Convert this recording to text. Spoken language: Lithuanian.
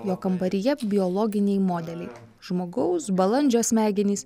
jo kambaryje biologiniai modeliai žmogaus balandžio smegenys